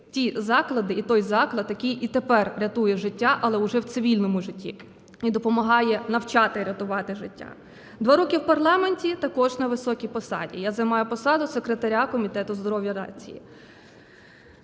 ті заклади і той заклад, який і тепер рятує життя, але вже в цивільному житті і допомагає навчати рятувати життя. Два роки в парламенті також на високій посаді – я займаю посаду секретаря Комітету здоров'я нації.